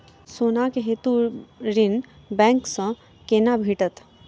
सोनाक हेतु ऋण बैंक सँ केना भेटत?